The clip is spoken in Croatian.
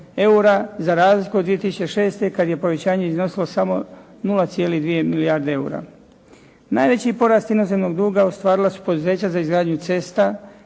za razliku od 2006. kad je povećanje iznosilo samo 0,2 milijarde eura. Najveći porast inozemnog duga ostvarila su poduzeća za izgradnju cesta,